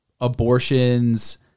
abortions